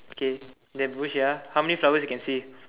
okay that bush ya how many flowers you can see